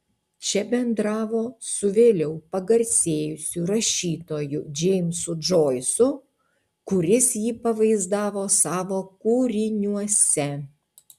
čia bendravo su vėliau pagarsėjusiu rašytoju džeimsu džoisu kuris jį pavaizdavo savo kūriniuose